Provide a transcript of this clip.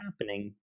happening